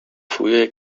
frühe